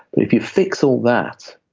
if you fix all that,